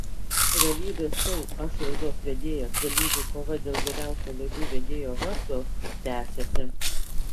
realybės šou aš laidos vedėjas dalyvių kova dėl geriausio laidų vedėjo vardo tęsiasi